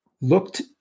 looked